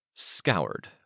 Scoured